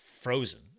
frozen